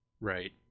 right